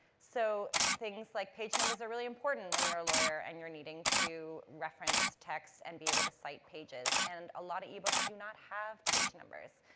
so, things like page numbers are really important when you're a lawyer, and you're needing to reference texts, and be able to site pages. and a lot of ebooks do not have page numbers.